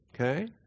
okay